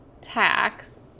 tax